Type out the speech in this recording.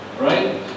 Right